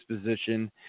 position